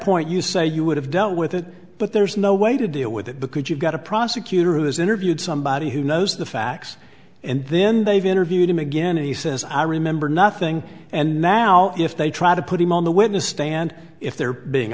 point you say you would have dealt with it but there's no way to deal with it because you've got a prosecutor who has interviewed somebody who knows the facts and then they've interviewed him again and he says i remember nothing and now if they try to put him on the witness stand if they're being